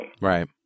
Right